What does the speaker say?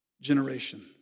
generation